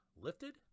lifted